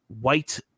white